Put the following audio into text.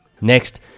Next